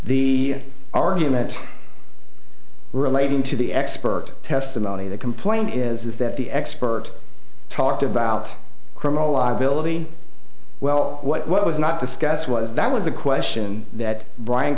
the argument relating to the expert testimony the complaint is that the expert talked about criminal liability well what was not discussed was that was a question that brian